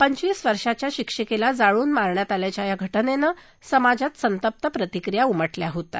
पंचवीस वर्षांच्या शिक्षिकेला जाळून मारण्यात आल्याच्या या घटनेनं समाजात संतप्त प्रतिक्रिया उमटल्या होत्या